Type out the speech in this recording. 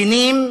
כנים,